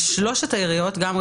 ובשלוש העיריות האלה תל אביב,